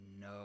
no